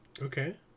Okay